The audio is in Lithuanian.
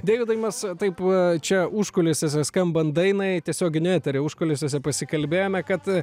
deividai mes taip čia užkulisiuose skambant dainai tiesioginio eterio užkulisiuose pasikalbėjome kad